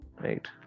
right